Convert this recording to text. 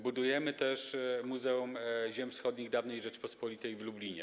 Budujemy też Muzeum Ziem Wschodnich Dawnej Rzeczypospolitej w Lublinie.